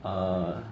err